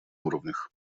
уровнях